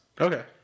Okay